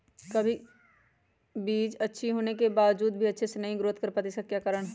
कभी बीज अच्छी होने के बावजूद भी अच्छे से नहीं ग्रोथ कर पाती इसका क्या कारण है?